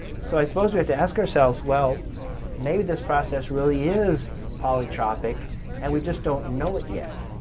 so, i suppose we have to ask ourselves, well maybe this process really is polytropic and we just don't know it yet.